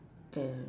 L